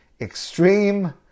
extreme